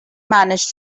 manage